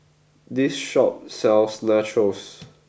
this shop sells Nachos